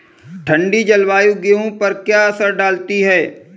ठंडी जलवायु गेहूँ पर क्या असर डालती है?